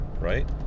right